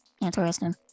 Interesting